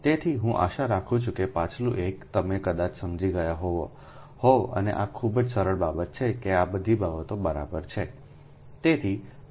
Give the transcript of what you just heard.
તેથી હું આશા રાખું છું કે પાછલું એક તમે કદાચ સમજી ગયા હોવ અને આ ખૂબ જ સરળ બાબત છે કે આ બધી બાબતો બરાબર છે